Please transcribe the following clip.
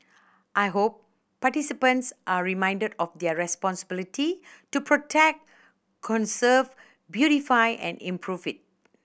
I hope participants are reminded of their responsibility to protect conserve beautify and improve it